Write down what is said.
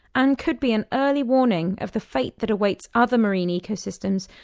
and could be an early warning of the fate that awaits other marine ecosystems,